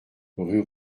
rue